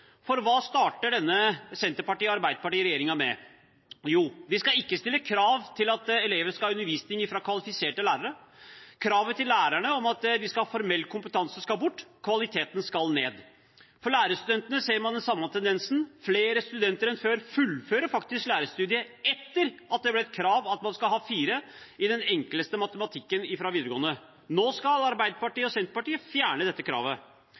For hva starter denne Senterparti- og Arbeiderparti-regjeringen med? Jo, de skal ikke stille krav til at elever skal ha undervisning fra kvalifiserte lærere. Kravet til lærerne om at de skal ha formell kompetanse, skal bort. Kvaliteten skal ned. For lærerstudentene ser man den samme tendensen. Flere studenter enn før fullfører faktisk lærerstudiet etter at det ble et krav at man skal ha karakteren 4 i den enkleste matematikken fra videregående skole. Nå skal Arbeiderpartiet og Senterpartiet fjerne dette kravet.